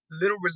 little